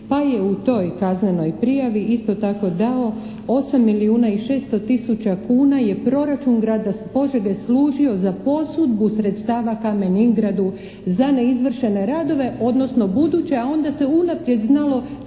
pa je u toj kaznenoj prijavi isto tako dao 8 milijuna i 600 tisuća kuna je proračun grada Požege služio za posudbu sredstava Kamen Ingradu za neizvršene radove odnosno buduće a onda se unaprijed znalo tko će